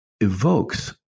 evokes